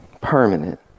Permanent